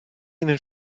ihnen